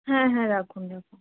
হ্যাঁ হ্যাঁ রাখুন রাখুন